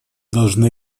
должны